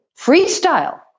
freestyle